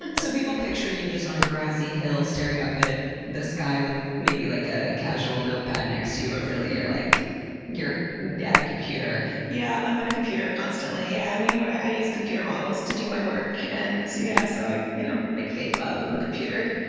and so people picture you just on a grassy hill staring up at the sky with maybe like a casual notepad next to you, but really you're like you're at a computer. yeah, i'm at a computer constantly. yeah but i use computer models to do my work, and yeah so i you know make fake clouds in the computer.